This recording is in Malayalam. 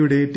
യുടെ ടി